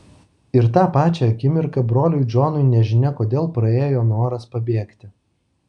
ir tą pačią akimirką broliui džonui nežinia kodėl praėjo noras pabėgti